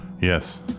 Yes